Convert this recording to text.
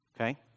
Okay